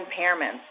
impairments